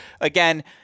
again